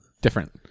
different